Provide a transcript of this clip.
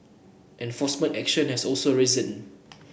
enforcement action has also risen